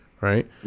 Right